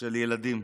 של ילדים.